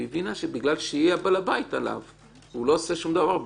היא הבינה שבגלל שהיא ה"בלבית" עליו הוא לא עושה שום דבר בלי,